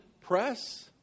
press